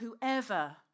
whoever